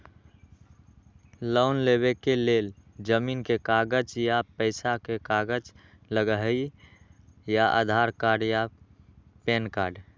Loan लेवेके लेल जमीन के कागज या पेशा के कागज लगहई या आधार कार्ड या पेन कार्ड?